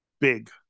big